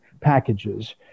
packages